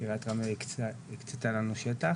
עיריית רמלה הקצתה לנו שטח,